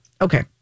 Okay